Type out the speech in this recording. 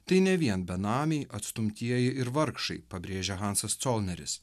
tai ne vien benamiai atstumtieji ir vargšai pabrėžė hansas colneris